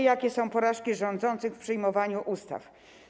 Jakie są porażki rządzących w przyjmowaniu ustaw?